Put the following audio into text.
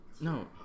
No